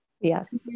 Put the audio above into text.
Yes